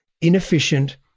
inefficient